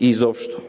и изобщо.